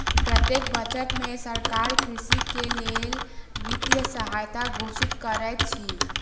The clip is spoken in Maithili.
प्रत्येक बजट में सरकार कृषक के लेल वित्तीय सहायता घोषित करैत अछि